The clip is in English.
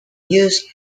used